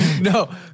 No